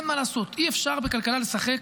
אין מה לעשות, אי-אפשר בכלכלה לשחק